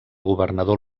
governador